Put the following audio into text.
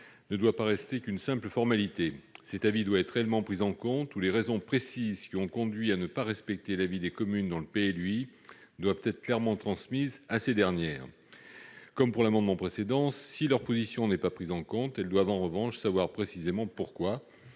ne doit pas rester qu'une simple formalité. Cet avis doit être réellement pris en compte et les raisons précises qui ont conduit à ne pas respecter l'avis des communes dans le PLUI doivent être clairement transmises à ces dernières ? Comme pour l'amendement n° 762, si leur position n'est pas prise en compte, elles doivent en revanche savoir précisément pour